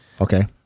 Okay